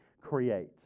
create